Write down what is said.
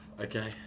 Okay